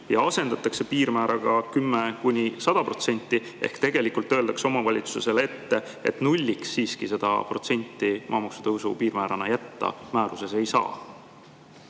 ja asendatakse piirmääraga 10–100% ehk tegelikult öeldakse omavalitsusele ette, et nulliks siiski seda protsenti maamaksu tõusu piirmäärana määruses jätta